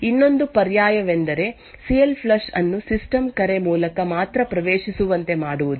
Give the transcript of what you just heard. ಇನ್ನೊಂದು ಪರ್ಯಾಯವೆಂದರೆ C L flush ಅನ್ನು ಸಿಸ್ಟಂ ಕರೆ ಮೂಲಕ ಮಾತ್ರ ಪ್ರವೇಶಿಸುವಂತೆ ಮಾಡುವುದು